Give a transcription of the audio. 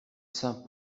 saint